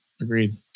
Agreed